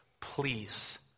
please